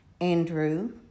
Andrew